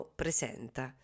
presenta